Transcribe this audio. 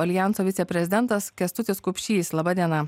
aljanso viceprezidentas kęstutis kupšys laba diena